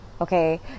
okay